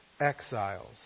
exiles